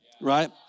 Right